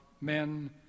men